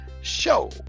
show